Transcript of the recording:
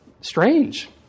strange